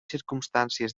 circumstàncies